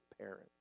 parent